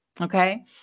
okay